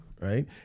right